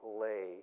lay